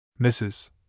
Mrs